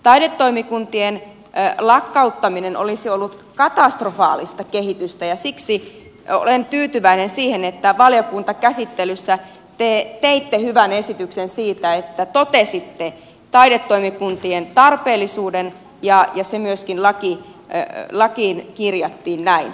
taidetoimikuntien lakkauttaminen olisi ollut katastrofaalista kehitystä ja siksi olen tyytyväinen siihen että valiokuntakäsittelyssä te teitte hyvän esityksen siitä että totesitte taidetoimikuntien tarpeellisuuden ja se myöskin lakiin kirjattiin näin